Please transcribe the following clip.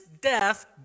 death